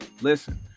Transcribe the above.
Listen